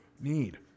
need